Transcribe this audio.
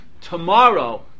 tomorrow